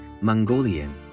Mongolian